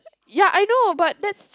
ya I know but that's